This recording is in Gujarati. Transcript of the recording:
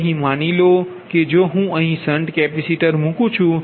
તો અહીં માની લો કે જો હું અહીં શંટ કેપેસિટર મૂકું છું